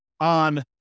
on